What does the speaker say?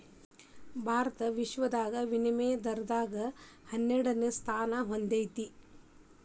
ಭಾರತ ವಿಶ್ವದಾಗ ವಿನಿಮಯ ದರದಾಗ ಹನ್ನೆರಡನೆ ಸ್ಥಾನಾ ಹೊಂದೇತಿ